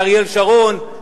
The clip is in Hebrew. אריאל שרון,